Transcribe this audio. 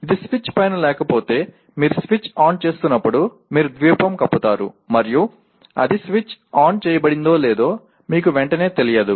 ఇది స్విచ్ పైన లేకపోతే మీరు స్విచ్ ఆన్ చేస్తున్నప్పుడు మీరు దీపం కప్పుతారు మరియు అది స్విచ్ ఆన్ చేయబడిందో లేదో మీకు వెంటనే తెలియదు